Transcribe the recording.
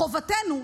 חובתנו,